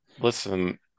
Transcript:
Listen